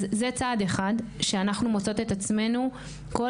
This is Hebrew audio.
אז זה צעד אחד שאנחנו מוצאות את עצמנו כל